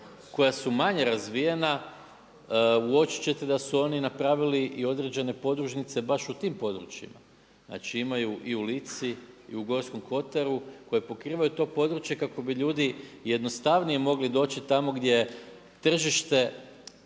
koja su manje razvijena. Uočit ćete da su oni napravili i određene podružnice baš u tim područjima. Znači imaju i u Lici, i u Gorskom Kotaru koje pokrivaju to područje kako bi ljudi jednostavnije mogli doći tamo gdje tržište,